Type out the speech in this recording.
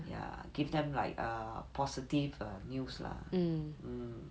ya give them like a positive err news lah mm